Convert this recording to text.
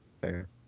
fair